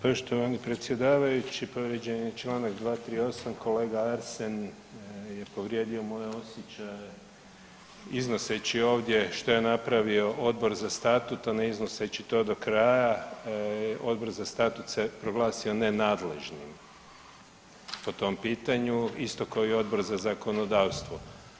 Poštovani predsjedavajući, povrijeđen je čl. 238, kolega Arsen je povrijedio moje osjećaje iznoseći ovdje što je napravio odbor za statut, a ne iznoseći to do kraja, odbor za statut se proglasio nenadležnim po tom pitanju, isto kao i Odbor za zakonodavstvo.